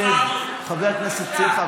חבר הכנסת שמחה,